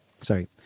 sorry